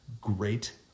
Great